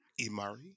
Imari